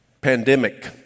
pandemic